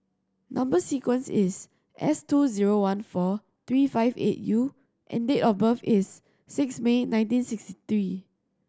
number sequence is S two zero one four three five eight U and date of birth is six May nineteen sixty three